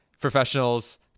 professionals